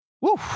Woo